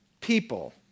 people